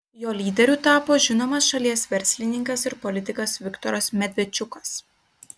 jo lyderiu tapo žinomas šalies verslininkas ir politikas viktoras medvedčiukas